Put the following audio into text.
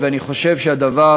ואני חושב שהדבר